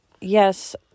Yes